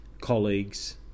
colleagues